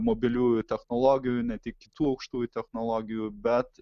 mobiliųjų technologijų ne tik kitų aukštųjų technologijų bet